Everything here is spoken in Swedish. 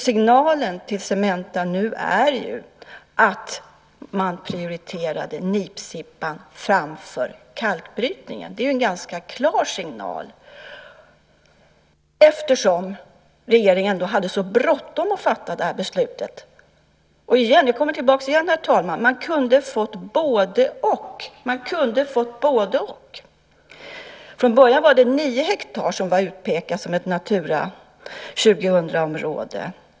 Signalen till Cementa - och det är en ganska klar signal - är ju att man prioriterade nipsippan framför kalkbrytningen, eftersom regeringen hade så bråttom att fatta det här beslutet. Och jag kommer tillbaka till det igen, herr talman, man kunde ha fått både-och. Från början var det 9 hektar som var utpekade som ett Natura 2000-område.